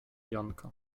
janka